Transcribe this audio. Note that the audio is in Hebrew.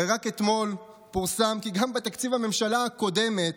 הרי רק אתמול פורסם כי גם בתקציב הממשלה הקודמת